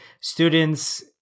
students